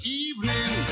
evening